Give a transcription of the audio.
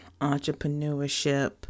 entrepreneurship